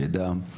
שידע,